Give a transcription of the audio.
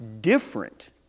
different